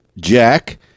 jack